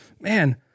man